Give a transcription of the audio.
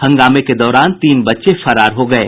हंगामे के दौरान तीन बच्चे फरार हो गये